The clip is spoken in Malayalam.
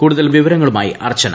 കൂടുതൽ വിവരങ്ങളുമായി അർച്ചന